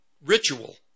ritual